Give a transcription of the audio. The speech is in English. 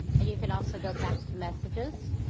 and you can also go back to messages.